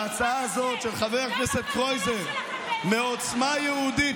וההצעה הזו של חבר הכנסת קרויזר מעוצמה יהודית,